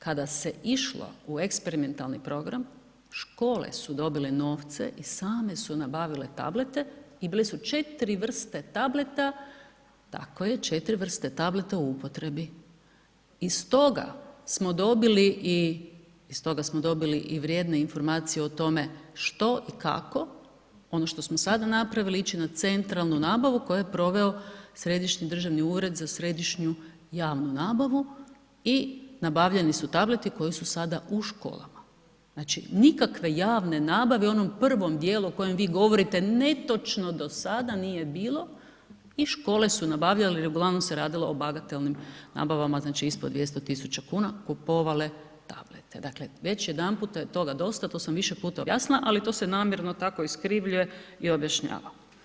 Kada se išlo u eksperimentalni program škole su dobile novce i same su nabavile tablete i bile su 4 vrste tableta, tako je, 4 vrste tableta u upotrebi i stoga smo dobili i, i stoga smo dobili i vrijedne informacije o tome što i kako, ono što smo sada napravili, ići na centralnu nabavu koju je proveo Središnji državni ured za središnju javnu nabavu i nabavljeni su tableti koji su sada u školama, znači nikakve javne nabave i u onom prvom dijelu o kojem vi govorite netočno do sada, nije bilo i škole su nabavljale i uglavnom se radilo o bagatelnim nabavama, znači ispod 200.000,00 kn kupovale tablete, dakle već jedanputa je toga dosta, to sam više puta objasnila, ali to se namjerno tako iskrivljuje i objašnjava.